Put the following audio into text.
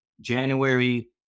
January